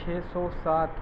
چھ سو سات